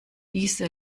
diese